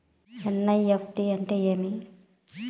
NEFT అంటే ఏమి